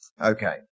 Okay